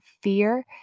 fear